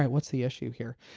what's the issue here?